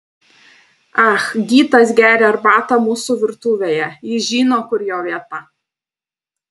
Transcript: ah gitas geria arbatą mūsų virtuvėje jis žino kur jo vieta